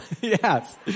Yes